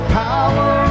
power